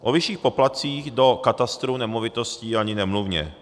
O vyšších poplatcích do katastru nemovitostí ani nemluvě.